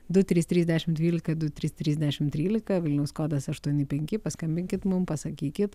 du trys trys dešimt dvylika du trys trys dešimt trylika vilniaus kodas aštuoni penki paskambinkit mum pasakykit